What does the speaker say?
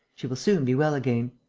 she will soon be well again.